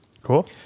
Cool